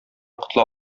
котыла